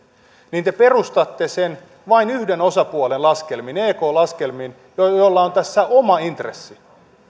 niin te perustatte sen vain yhden osapuolen laskelmiin ek laskelmiin joilla on tässä oma intressi